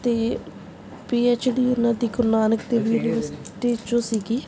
ਅਤੇ P H D ਉਨ੍ਹਾਂ ਦੀ ਗੁਰੂ ਨਾਨਕ ਦੇਵ ਯੂਨੀਵਰਸਿਟੀ 'ਚੋਂ ਸੀਗੀ